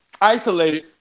isolated